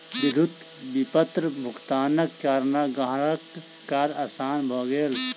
विद्युत विपत्र भुगतानक कारणेँ ग्राहकक कार्य आसान भ गेल